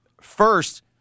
First